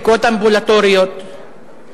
בדיקות אמבולטוריות.